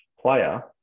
player